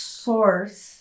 source